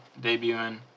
debuting